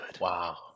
Wow